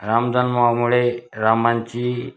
रामजन्मामुळे रामांची